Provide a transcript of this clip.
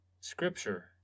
Scripture